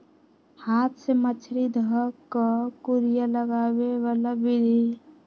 हाथ से मछरी ध कऽ कुरिया लगाबे बला विधि